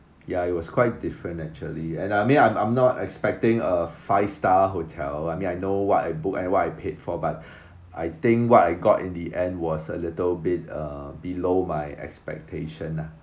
ya it was quite different actually and I mean I'm I'm not expecting a five star hotel I mean I know what I book and what I paid for but I think what I got in the end was a little bit uh below my expectation lah